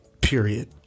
period